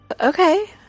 Okay